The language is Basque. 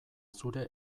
zure